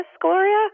Gloria